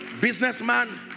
Businessman